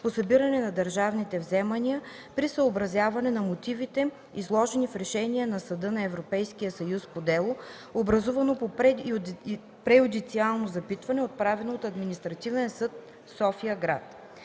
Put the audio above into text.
по събиране на държавните вземания при съобразяване на мотивите, изложени в решение на Съда на Европейския съюз, по дело, образувано по преюдициално запитване, отправено от Административен съд София-град.